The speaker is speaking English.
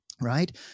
right